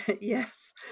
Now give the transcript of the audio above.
Yes